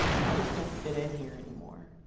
you just don't fit in here anymore.